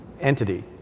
entity